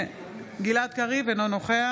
אינו נוכח